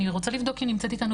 אז אני רוצה לבדוק אם נמצאת איתנו